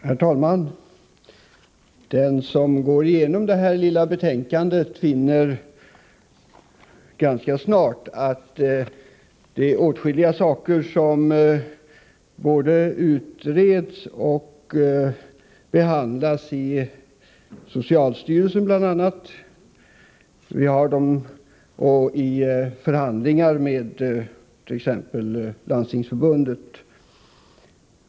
Herr talman! Den som går igenom detta lilla betänkande finner ganska snart att åtskilliga frågor både utreds och behandlas i bl.a. socialstyrelsen eller är föremål för förhandlingar med t.ex. Landstingsförbundet.